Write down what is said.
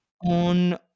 On